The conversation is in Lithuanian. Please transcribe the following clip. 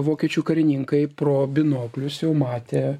vokiečių karininkai pro binoklius jau matė